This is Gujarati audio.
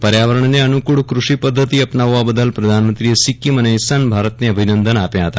પર્યાવરજ્ઞને અનુકુળ ક્રષિ પદ્ધતિ અપનાવવા બદલ પ્રધાનમંત્રીએ સિક્કીમ અને ઇશાન ભારતને અભિનંદન આપ્યા હતા